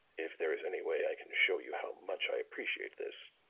if there is any way i can show you how much i appreciate this